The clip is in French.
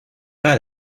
pas